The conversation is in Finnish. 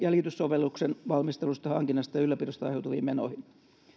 jäljityssovelluksen valmistelusta hankinnasta ja ylläpidosta aiheutuviin menoihin